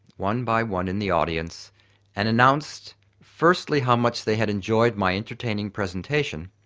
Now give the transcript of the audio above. one by one in the audience and announced firstly, how much they had enjoyed my entertaining presentation